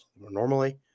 normally